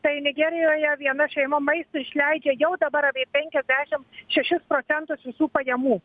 tai nigerijoje viena šeima maistui išleidžia jau dabar apie penkiasdešim šešis procentus visų pajamų